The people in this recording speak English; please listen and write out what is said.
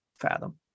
fathom